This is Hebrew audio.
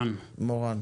בחו"ל.